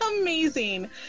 amazing